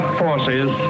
forces